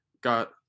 got